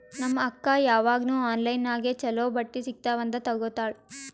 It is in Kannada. ನಮ್ ಅಕ್ಕಾ ಯಾವಾಗ್ನೂ ಆನ್ಲೈನ್ ನಾಗೆ ಛಲೋ ಬಟ್ಟಿ ಸಿಗ್ತಾವ್ ಅಂತ್ ತಗೋತ್ತಾಳ್